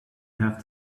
have